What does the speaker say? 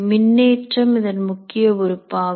மின்னேற்றம் இதன் முக்கிய உறுப்பாகும்